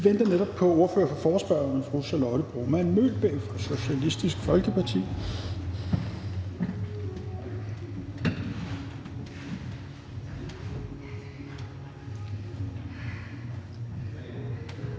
vi venter netop på ordfører for forespørgerne fru Charlotte Broman Mølbæk fra Socialistisk Folkeparti.